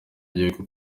gihugu